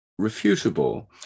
refutable